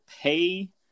pay